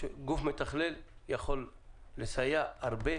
שגוף מתכלל יכול לסייע הרבה,